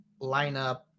lineup